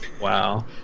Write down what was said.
Wow